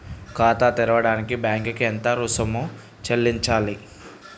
ఖాతా తెరవడానికి బ్యాంక్ కి ఎంత రుసుము చెల్లించాలి?